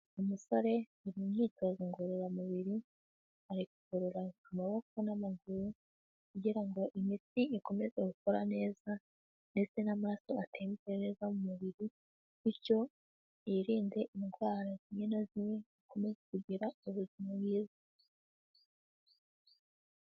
Umusore mu myitozo ngororamubiri akurura amaboko n'amaguru kugira ngo imitsi ikomeze gukora neza ndetse n'amaraso atembere neza mu mubiri bityo yirinde indwara zimwe na zimwe zikomeza kugira ubuzima bwiza gusa.